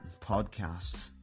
podcasts